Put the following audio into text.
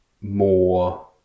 more